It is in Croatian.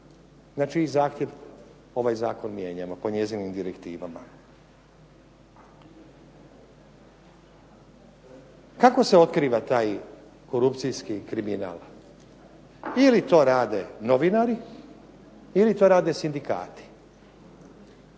na čiji zahtjev ovaj zakon mijenjamo po njezinim direktivama. Kako se otkriva taj korupcijski kriminal? Ili to rade novinari ili to rade sindikati.